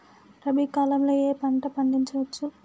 రబీ కాలంలో ఏ ఏ పంట పండించచ్చు?